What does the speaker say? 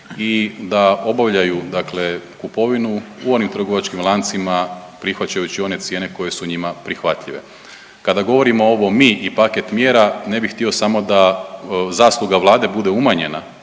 i da obavljaju dakle kupovinu u onim trgovačkim lancima prihvaćajući one cijene koje su njima prihvatljive. Kada govorimo ovo „mi“ i „paket mjera“ ne bi htio samo da zasluga Vlade bude umanjena,